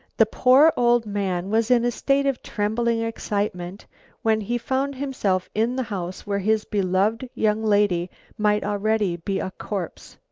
the poor old man was in a state of trembling excitement when he found himself in the house where his beloved young lady might already be a corpse.